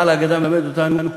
בעל ההגדה מלמד אותנו,